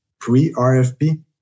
pre-RFP